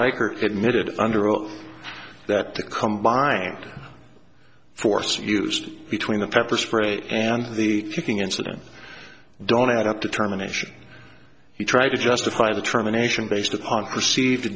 admitted under oath that the combined force used between the pepper spray and the kicking incident don't add up determination to try to justify the terminations based upon perceived